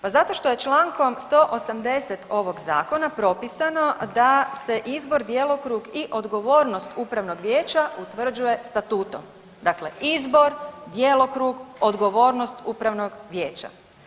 Pa zato što je Člankom 180. ovog zakona propisano da se izbor, djelokrug i odgovornost upravnog vijeća utvrđuje statutom, dakle izbor, djelokrug, odgovornost upravnog vijeća.